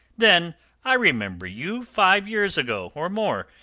then i remember you five years ago, or more,